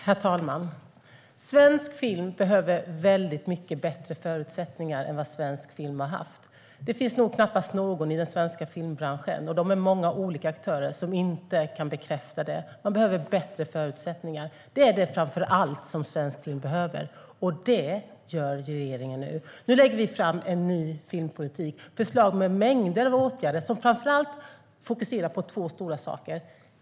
Herr talman! Svensk film behöver väldigt mycket bättre förutsättningar än vad svensk film har haft. Det finns nog knappast någon i den svenska filmbranschen - det är många olika aktörer - som inte kan bekräfta det. Det som svensk film behöver är framför allt bättre förutsättningar, och det ger regeringen nu svensk film. Nu lägger vi fram förslag till en ny filmpolitik. Det är förslag på mängder med åtgärder som framför allt fokuserar på två stora saker.